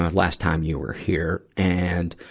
last time you were here. and,